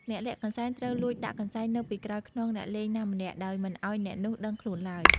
អ្នកលាក់កន្សែងត្រូវលួចដាក់កន្សែងនៅពីក្រោយខ្នងអ្នកលេងណាម្នាក់ ដោយមិនឲ្យអ្នកនោះដឹងខ្លួនឡើយ ។